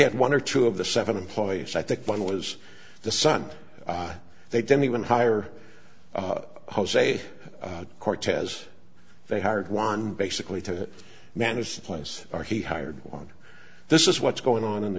had one or two of the seven employees i think one was the son they didn't even hire jose cortez they hired one basically to manage the place or he hired one this is what's going on in the